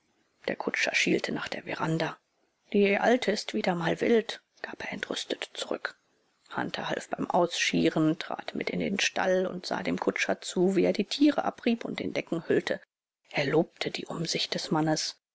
der kutscher schielte nach der veranda die alte ist wieder mal wild gab er entrüstet zurück hunter half beim ausschirren trat mit in den stall und sah dem kutscher zu wie er die tiere abrieb und in decken hüllte er lobte die umsicht des mannes